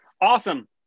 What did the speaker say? Awesome